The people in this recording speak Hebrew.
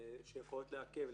שיכולות לעכב.